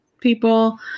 people